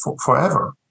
forever